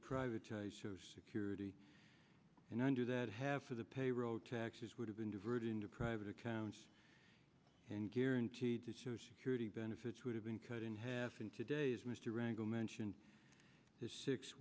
private security and under that have for the payroll taxes would have been diverted into private accounts guaranteed to show security benefits would have been cut in half in today's mr wrangle mentioned his six